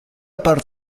part